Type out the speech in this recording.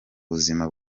buzima